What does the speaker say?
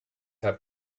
have